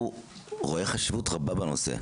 הוא רואה חשיבות רבה בנושא.